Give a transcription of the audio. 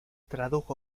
tradujo